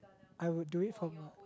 I would do it from a